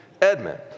Edmund